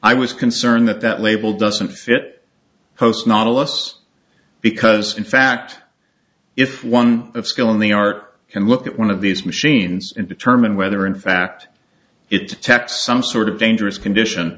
i was concerned that that label doesn't fit host not a loss because in fact if one of skill in the art can look at one of these machines and determine whether in fact it taps some sort of dangerous condition